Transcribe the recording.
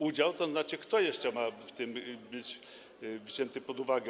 Udział, tzn. kto jeszcze ma w tym być wzięty pod uwagę?